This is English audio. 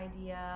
idea